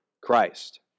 Christ